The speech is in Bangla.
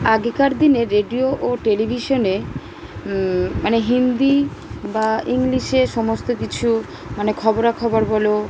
আগেকার দিনে রেডিও ও টেলিভিশনে মানে হিন্দি বা ইংলিশে সমস্ত কিছু মানে খবরাখবর বলো